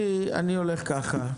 אני הולך ככה.